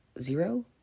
zero